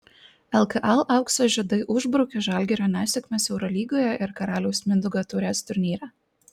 lkl aukso žiedai užbraukė žalgirio nesėkmes eurolygoje ir karaliaus mindaugo taurės turnyre